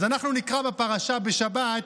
אז אנחנו נקרא בפרשה בשבת: